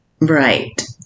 Right